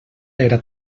era